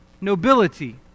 nobility